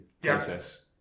process